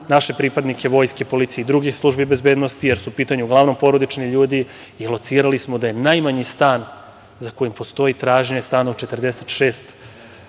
naše pripadnike Vojske, policije i drugih službi bezbednosti, jer su u pitanju uglavnom porodični ljudi i locirali smo da je najmanji stan za kojim postoji tražnja stan od 46